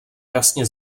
jasně